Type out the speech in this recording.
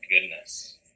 goodness